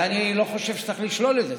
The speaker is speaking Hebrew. ואני לא חושב שצריך לשלול את זה.